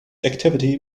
activity